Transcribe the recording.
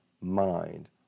mind